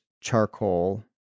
charcoal